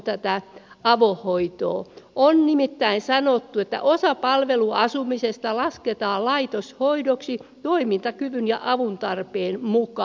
on nimittäin sanottu että osa palveluasumisesta lasketaan laitoshoidoksi toimintakyvyn ja avuntarpeen mukaan